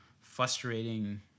frustrating